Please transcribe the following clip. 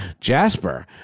Jasper